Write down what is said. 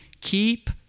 keep